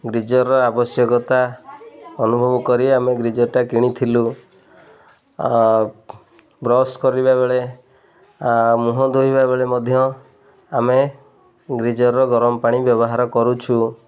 ଗିଜର୍ର ଆବଶ୍ୟକତା ଅନୁଭବ କରି ଆମେ ଗ୍ରିଜର୍ଟା କିଣିଥିଲୁ ବ୍ରଶ କରିବା ବେଳେ ମୁହଁ ଧୋଇିବା ବେଳେ ମଧ୍ୟ ଆମେ ଗ୍ରୀିଜର୍ର ଗରମ ପାଣି ବ୍ୟବହାର କରୁଛୁ